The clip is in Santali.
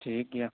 ᱴᱷᱤᱠ ᱜᱮᱭᱟ